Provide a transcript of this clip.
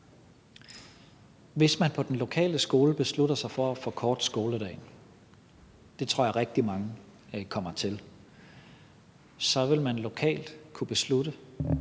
Hvis man på den lokale skole beslutter sig for at forkorte skoledagen – det tror jeg at rigtig mange kommer til – så vil man lokalt kunne beslutte,